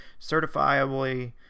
certifiably